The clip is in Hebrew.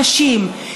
נשים,